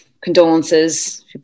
condolences